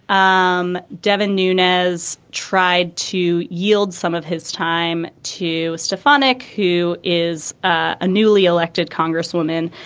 um devin nunez tried to yield some of his time to stefanic, who is a newly elected congresswoman.